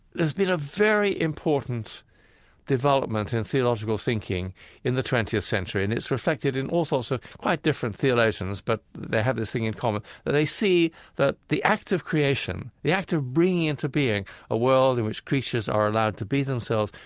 there's been a very important development in theological thinking in the twentieth century, and it's reflected in all sorts of quite different theologians, but they have this thing in common they see that the act of creation, the act of bringing into being a world in which creatures are allowed to be themselves,